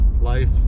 life